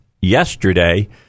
yesterday